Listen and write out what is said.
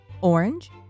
orange